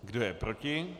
Kdo je proti?